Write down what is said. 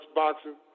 boxing